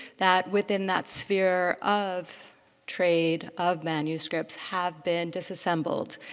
that within that sphere of trade of manuscripts have been disassembled.